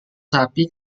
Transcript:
sapi